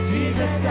Jesus